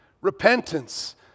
repentance